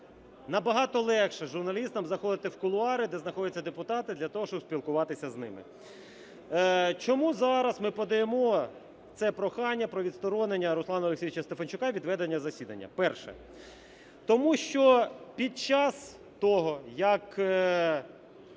набагато легше журналістам заходити в кулуари, де знаходяться депутати, для того щоб спілкуватися з ними. Чому зараз ми подаємо це прохання про відсторонення Руслана Олексійовича Стефанчука від ведення засідання? Перше. Тому що під час того, як